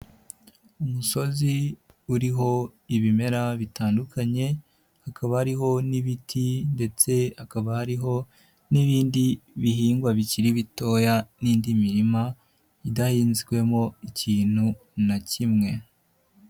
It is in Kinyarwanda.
Umusozi uriho ibimera bitandukanye, hakaba hariho n'ibiti ndetse hakaba hariho n'ibindi bihingwa bikiri bitoya n'indi mirima idahinzwemo ikintu na kimwe.